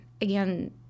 again